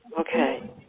Okay